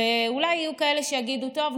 אולי יהיו כאלה שיגידו: טוב,